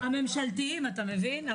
לא, הממשלתיים, אתה מבין?